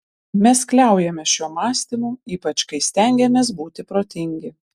mes kliaujamės šiuo mąstymu ypač kai stengiamės būti protingi